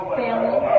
family